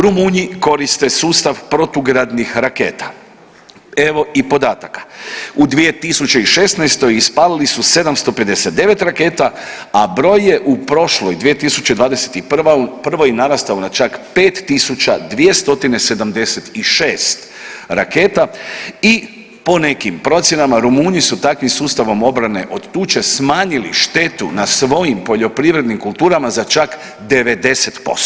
Rumunji koriste sustav protugradnih raketa, evo i podataka, u 2016. ispalili su 759 raketa, a broj je u prošloj 2021. narastao na 5 276 raketa i po nekim procjenama, Rumunji su takvim sustavom obrane od tuče smanjili štetu na svojim poljoprivrednim kulturama za čak 90%